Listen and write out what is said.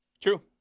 True